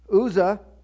Uzzah